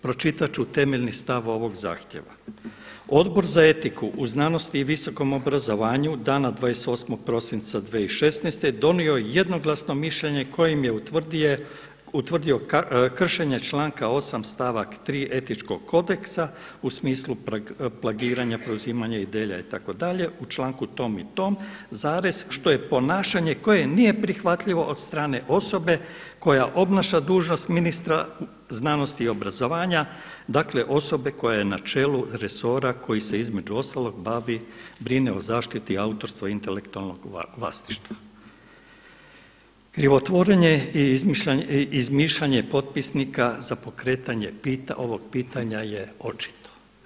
Pročitat ću temeljni stav ovoga zahtjeva: „Odbor za etiku u znanosti i visokom obrazovanju dana 28. prosinca 2016. donio je jednoglasno mišljenje kojim je utvrdio kršenje članka 8. stavak 3. Etičkog kodeksa u smislu plagiranja, preuzimanja ideja itd. u članku tom i tom, što je ponašanje koje nije prihvatljivo odstrane osobe koja obnaša dužnost ministra znanosti i obrazovanja, dakle osobe koja je na čelu resora koji se između ostalog bavi, brine o zaštiti autorstva i intelektualnog vlasništva.“ Krivotvorenje i izmišljanje potpisnika za pokretanje ovoga pitanja je očito.